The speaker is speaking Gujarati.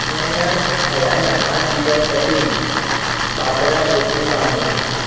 ન્યુમોનિયા થયાના આઠ દિવસ પછી બાબરા મૃત્યુ પામી